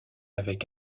avec